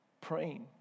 praying